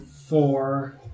four